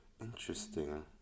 Interesting